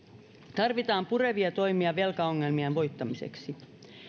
tarvitaan purevia toimia velkaongelmien voittamiseksi